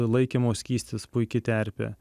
laikymo skystis puiki terpė